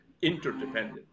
interdependent